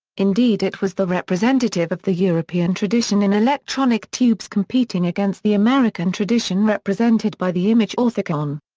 indeed it was the representative of the european tradition in electronic tubes competing against the american tradition represented by the image orthicon.